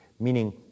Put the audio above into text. meaning